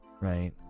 right